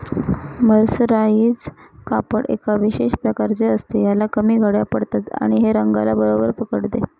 mercerise कापड एका विशेष प्रकारचे असते, ह्याला कमी घड्या पडतात आणि हे रंगाला बरोबर पकडते